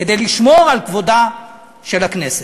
כדי לשמור על כבודה של הכנסת.